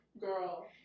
girl